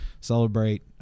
Celebrate